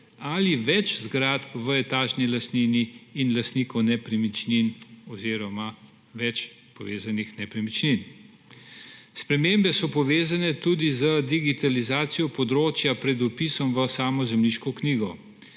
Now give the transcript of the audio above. ali več zgradb v etažni lastnini in lastnikov nepremičnin oziroma več povezanih nepremičnin. Spremembe so povezane tudi z digitalizacijo področja pred vpisom v samo zemljiško knjigo.